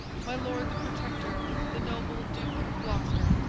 my lord the protector, the noble duke of gloucester,